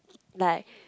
like